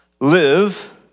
live